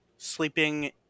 Sleeping